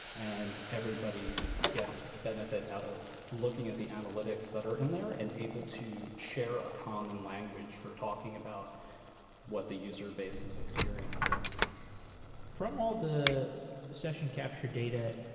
and everybody gets benefit out of looking at the analytics that are in there and able to share a common language for talking about what the user base is experiencing sed all the session capture data,